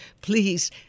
Please